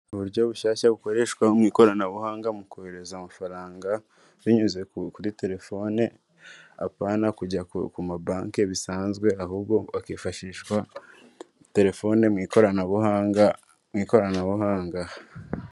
Uburyo bushyashya bukoreshwa mu ikoranabuhanga mu kohereza amafaranga binyuze kuri telefone apana kujya ku mabanki bisanzwe ahubwo hakifashishwa telefone mu ikoranabuhanga mu ikoranabuhanga.